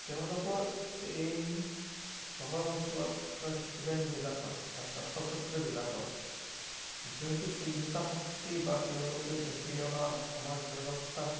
তেওঁলোকৰ এই চহৰ অঞ্চলত থকা ষ্টুডেণ্টবিলাকত বা ছাত্ৰ ছাত্ৰীবিলাকত যোনটো চিন্তা শক্তি বা তেওঁলোকে দেখি অহা সমাজ ব্যৱস্থা